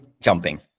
jumping